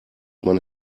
man